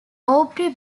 aubrey